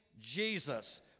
Jesus